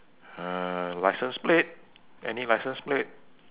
uh license plate any license plate